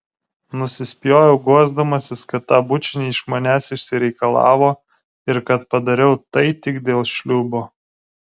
nusispjoviau guosdamasis kad tą bučinį iš manęs išsireikalavo ir kad padariau tai tik dėl šliūbo